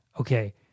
okay